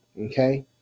okay